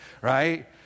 right